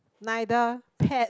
neither pet